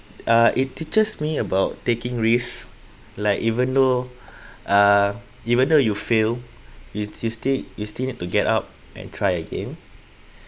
uh it teaches me about taking risk like even though uh even though you fail you you still you still need to get up and try again